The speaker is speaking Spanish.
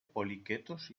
poliquetos